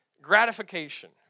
gratification